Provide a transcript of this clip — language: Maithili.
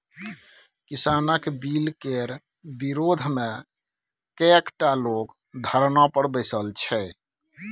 किसानक बिलकेर विरोधमे कैकटा लोग धरना पर बैसल छै